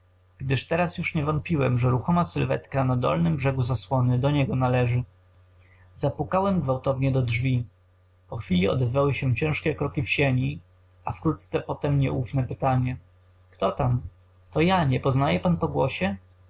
gdyż teraz już nie wątpiłem że ruchoma sylweta na dolnym brzegu zasłony do niego należy zapukałem gwałtownie do drzwi po chwili odezwały się ciężkie kroki w sieni a wkrótce potem nieufne pytanie kto tam to ja nie poznaje pan po głosie